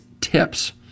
tips